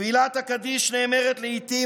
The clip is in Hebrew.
תפילת הקדיש נאמרת לעיתים,